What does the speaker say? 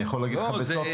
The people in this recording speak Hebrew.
אני יכול להגיד לך בסוף,